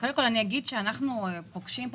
קודם כל אני אגיד שאנחנו פוגשים פה